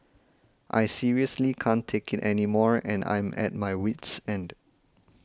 I seriously can't take it anymore and I'm at my wit's end